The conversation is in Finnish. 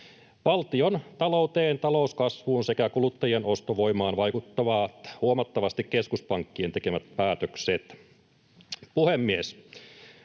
Valtiontalouteen, talouskasvuun sekä kuluttajien ostovoimaan vaikuttavat huomattavasti keskuspankkien tekemät päätökset.